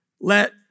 let